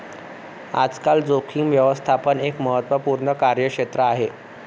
आजकाल जोखीम व्यवस्थापन एक महत्त्वपूर्ण कार्यक्षेत्र आहे